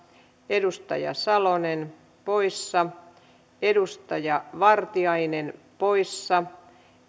edustaja salonen poissa edustaja vartiainen poissa